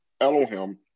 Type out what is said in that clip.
Elohim